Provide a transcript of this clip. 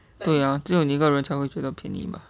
对啊只有你一个人才会觉得便宜 mah